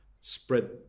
spread